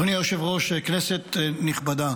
אדוני היושב-ראש, כנסת נכבדה,